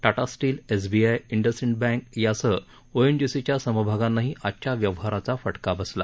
Tata steel SBI IndusInd bank यासह ओएनजीसीच्या समभागांलाही आजच्या व्यवहाराचा फटका बसला